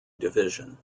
division